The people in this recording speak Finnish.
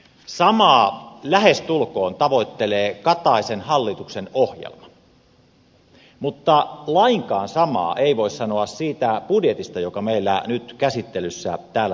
samaa lähestulkoon tavoittelee kataisen hallituk sen ohjelma mutta lainkaan samaa ei voi sanoa siitä budjetista joka meillä nyt käsittelyssä täällä talossa on